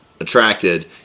attracted